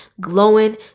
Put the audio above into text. glowing